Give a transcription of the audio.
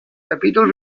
capítol